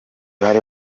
bari